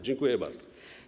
Dziękuję bardzo.